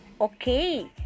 okay